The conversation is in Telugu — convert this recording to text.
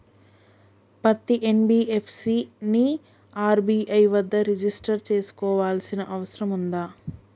పత్తి ఎన్.బి.ఎఫ్.సి ని ఆర్.బి.ఐ వద్ద రిజిష్టర్ చేసుకోవాల్సిన అవసరం ఉందా?